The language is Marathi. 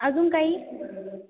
अजून काही